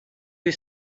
you